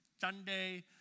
Sunday